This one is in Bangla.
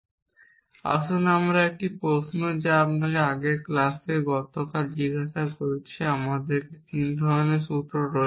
সুতরাং আসুন একটি প্রশ্ন যা আমি আপনাকে আগে গত ক্লাসে জিজ্ঞাসা করেছি আমাদের 3 ধরণের সূত্র রয়েছে